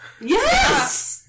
Yes